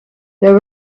there